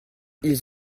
ils